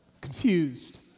confused